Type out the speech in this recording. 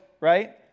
right